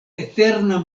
eterna